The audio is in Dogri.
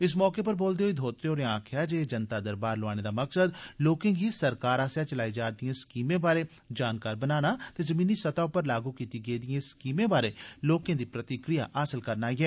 इस मौके पर बोलदे होई धोतरे होरें आखेआ जे एह जनता दरबार लोआने दा मकसद लोकें गी सरकार आसेआ चलाई जा'रदी स्कीमें बारै जानकार बनाना ते जमीनी सतह उप्पर लागू कीती गेदी स्कीमें बारै लोकें दी प्रतिक्रिया हासल करना ऐ